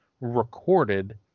recorded